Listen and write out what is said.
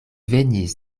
venis